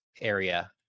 area